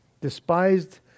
despised